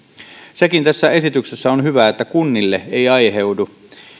sekin tässä esityksessä on hyvä että kunnille ei aiheudu